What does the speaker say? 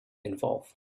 involved